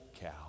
cow